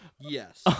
Yes